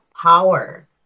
power